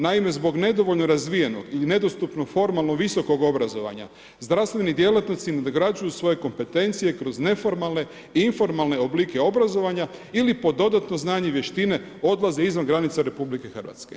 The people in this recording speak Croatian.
Naime zbog nedovoljno razvijenog i nedostupno formalno visokog obrazovanja znanstveni djelatnici nadograđuju svoje kompetencije kroz neformalne i informalne oblike obrazovanja ili po dodatno znanje i vještine odlaze izvan granica RH.